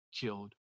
killed